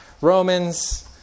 Romans